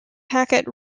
hackett